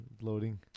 Loading